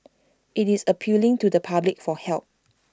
IT is appealing to the public for help